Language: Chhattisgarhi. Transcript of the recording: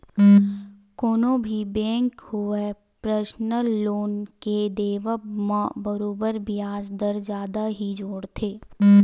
कोनो भी बेंक होवय परसनल लोन के देवब म बरोबर बियाज दर जादा ही जोड़थे